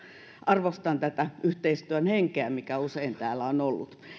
arvostan tätä yhteistyön henkeä mikä usein täällä on ollut